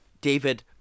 David